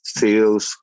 sales